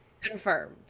confirmed